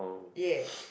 ya